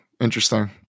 Interesting